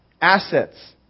Assets